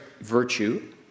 virtue